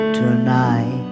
tonight